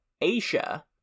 Asia